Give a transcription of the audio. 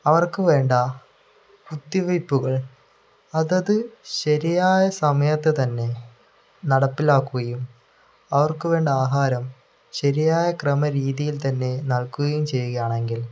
അവർക്ക് വേണ്ട കുത്തിവെയ്പ്പുകൾ അതത് ശരിയായ സമയത്ത് തന്നെ നടപ്പിലാക്കുകയും അവർക്ക് വേണ്ട ആഹാരം ശരിയായ ക്രമ രീതിയിൽ തന്നെ നൽകുകയും ചെയ്യുകയാണെങ്കിൽ